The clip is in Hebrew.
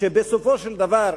כשבסופו של דבר,